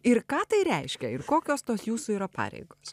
ir ką tai reiškia ir kokios tos jūsų yra pareigos